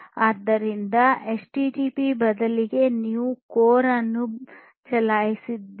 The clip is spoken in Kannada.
ಆದ್ದರಿಂದ ಎಚ್ಟಿಟಿಪಿ ಬದಲಿಗೆ ನೀವು ಕೋರ್ ಅನ್ನು ಚಲಾಯಿಸುತ್ತೀರಿ